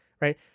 right